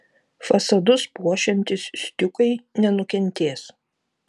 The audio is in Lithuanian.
fasadus puošiantys stiukai nenukentės